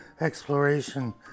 exploration